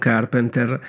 Carpenter